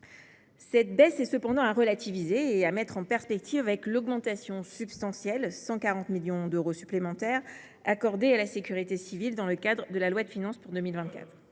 cette baisse et la mettre en perspective avec l’augmentation substantielle – 140 millions d’euros supplémentaires – accordée à la sécurité civile dans le cadre de la loi de finances pour 2024.